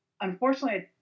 unfortunately